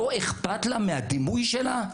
לא אכפת לה מהדימוי שלה?